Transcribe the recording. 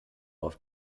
auf